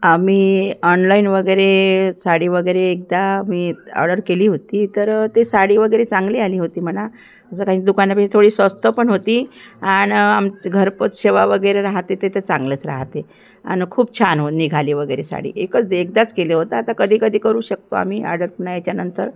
आम्ही ऑनलाईन वगैरे साडी वगैरे एकदा मी ऑर्डर केली होती तर ते साडी वगैरे चांगली आली होती म्हणा असं काही दुकानापेक्षा थोडी स्वस्त पण होती आणि आमचं घरपोच सेवा वगैरे राहते ते तर चांगलंच रहाते आणि खूप छान हो निघाली वगैरे साडी एकच एकदाच केले होतं आता कधी कधी करू शकतो आम्ही ऑर्डर पुन्हा याच्यानंतर